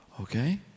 Okay